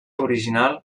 original